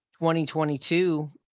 2022